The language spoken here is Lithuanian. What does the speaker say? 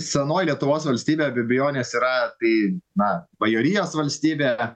senoji lietuvos valstybė be abejonės yra tai na bajorijos valstybė